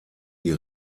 die